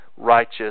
righteous